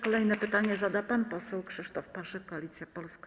Kolejne pytanie zada pan poseł Krzysztof Paszyk, Koalicja Polska.